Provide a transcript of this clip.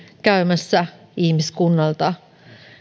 käymässä ihmiskunnalta